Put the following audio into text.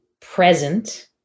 present